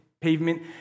pavement